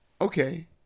Okay